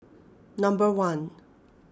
number one